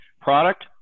Product